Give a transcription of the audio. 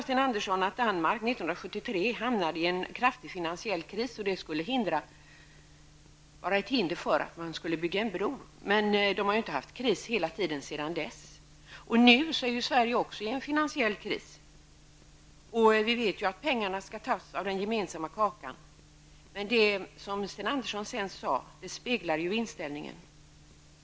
Sten Andersson sade sedan att Danmark hamnade i en kraftig finansiell kris 1973. Detta skulle vara ett hinder för att bygga en bro, men de har ju inte haft kris hela tiden sedan dess. Nu befinner sig ju även Sverige i en finansiell kris. Vi vet att pengarna skall tas från den gemensamma kakan. Det Sten Andersson sedan sade speglar hans inställning.